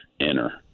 enter